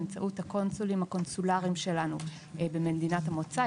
באמצעות הקונסולים הקונסולריים שלנו במדינת המוצא.